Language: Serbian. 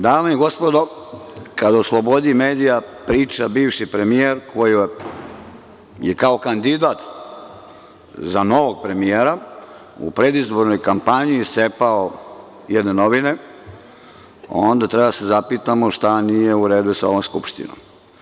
Dame i gospodo, kada o slobodi medija priča bivši premijer koji je kao kandidat za novog premijera u predizbornoj kampanji iscepao jedne novine onda treba da se zapitamo – šta nije u redu sa ovom Skupštinom?